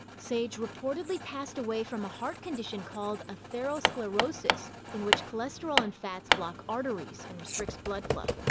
sage reportedly passed away from a heart condition called atherosclerosis, in which cholesterol and fats block arteries, and restricts blood flow.